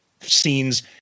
scenes